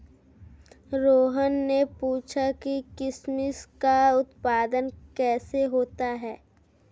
रोहन ने पूछा कि किशमिश का उत्पादन कैसे होता है?